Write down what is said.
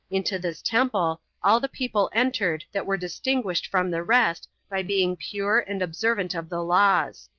into this temple all the people entered that were distinguished from the rest by being pure and observant of the laws.